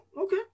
okay